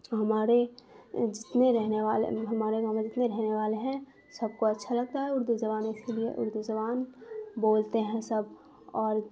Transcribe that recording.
تو ہمارے جتنے رہنے والے ہمارے گاؤں میں جتنے رہنے والے ہیں سب کو اچھا لگتا ہے اردو زبان اسی لیے اردو زبان بولتے ہیں سب اور